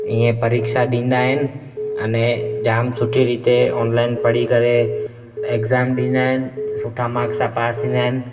इहे परीक्षा ॾींदा आहिनि अने जाम सुठी रीति ऑनलाइन पढ़ी करे एग़्जाम ॾींदा आहिनि सुठा मार्क्स सां पास थींदा आहिनि